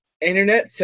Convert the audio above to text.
internet